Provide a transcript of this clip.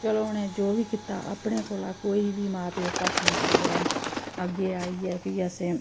चलो उ'नें जो बी कीता अपने कोला कोई बी मां प्यो घट्ट निं करदा ऐ अग्गें आइयै फ्ही असें